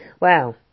Wow